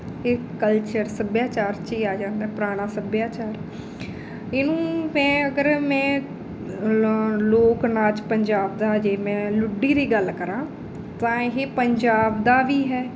ਇਹ ਕਲਚਰ ਸੱਭਿਆਚਾਰ 'ਚ ਹੀ ਆ ਜਾਂਦਾ ਪੁਰਾਣਾ ਸੱਭਿਆਚਾਰ ਇਹਨੂੰ ਮੈਂ ਅਗਰ ਮੈਂ ਲੋ ਲੋਕ ਨਾਚ ਪੰਜਾਬ ਦਾ ਜੇ ਮੈਂ ਲੁੱਡੀ ਦੀ ਗੱਲ ਕਰਾਂ ਤਾਂ ਇਹ ਪੰਜਾਬ ਦਾ ਵੀ ਹੈ